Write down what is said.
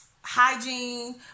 hygiene